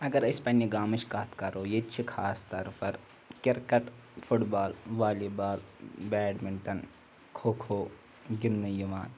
اگر أسۍ پنٛنہِ گامٕچ کَتھ کَرو ییٚتہِ چھِ خاص طور پَر cricket football volleyball badminton kho kho گِنٛدنہٕ یِوان